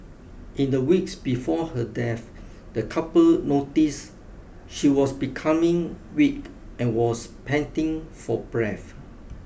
in the weeks before her death the couple noticed she was becoming weak and was panting for breath